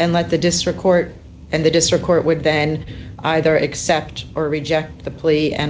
and let the district court and the district court would then either accept or reject the plea and